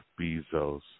Bezos